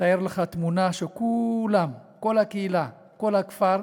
תאר לך תמונה של כולם, כל הקהילה, כל הכפר,